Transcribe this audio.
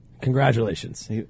congratulations